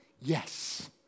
yes